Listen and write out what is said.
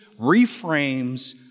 reframes